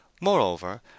Moreover